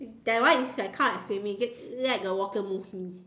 that one is a kind of swimming just let the water move me